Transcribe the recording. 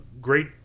great